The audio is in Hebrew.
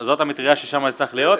זה המטרייה ששם הוא צריך להיות.